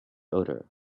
odor